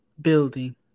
building